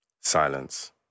Silence